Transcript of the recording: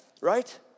right